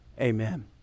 Amen